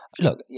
look